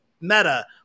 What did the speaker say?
Meta